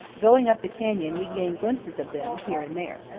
going up the canyon, we gain glimpses of them, here and there.